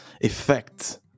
effect